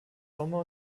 sommer